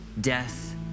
death